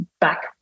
back